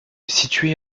située